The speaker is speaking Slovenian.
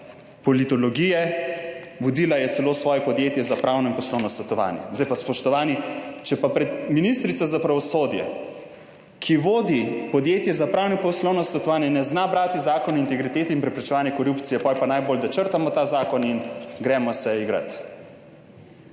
politologije, vodila je celo svoje podjetje za pravno in poslovno svetovanje. Zdaj pa, spoštovani, če pa ministrica za pravosodje, ki vodi podjetje za pravno poslovno svetovanje ne zna brati Zakona o integriteti in preprečevanju korupcije, potem je pa najbolje, da črtamo ta zakon in gremo se igrat.